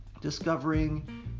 discovering